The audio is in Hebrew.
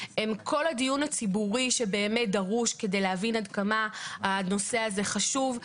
הם כל הדיון הציבורי שדרוש כדי להבין עד כמה הנושא הזה חשוב,